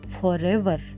forever